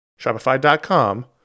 Shopify.com